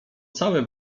całe